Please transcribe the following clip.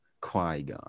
Qui-Gon